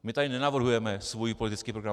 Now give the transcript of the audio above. My tady nenavrhujeme svůj politický program.